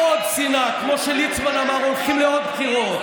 עוד שנאה, כמו שליצמן אמר: הולכים לעוד בחירות,